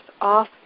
off